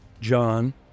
John